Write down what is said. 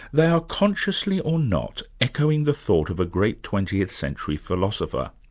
they are, consciously or not, echoing the thought of a great twentieth century philosopher,